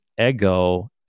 ego